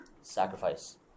sacrifice